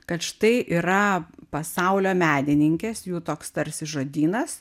kad štai yra pasaulio menininkės jų toks tarsi žodynas